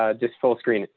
ah just full screen,